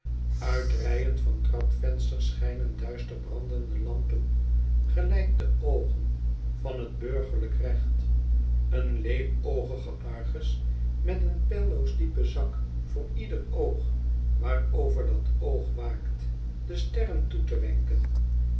uit rijen van trapvensters schijnen duister brandende lampen gelijk de oogen van het burgerlijk recht een leepoogige argus met een peilloos diepen zak voor ieder oog waarover dat oog waakt de sterren toe te wenken